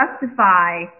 justify